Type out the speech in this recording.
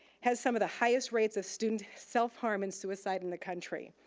has some of the highest rates of student self harm and suicide in the country.